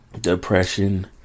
depression